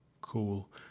Cool